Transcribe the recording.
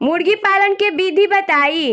मुर्गीपालन के विधी बताई?